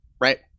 Right